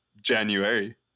January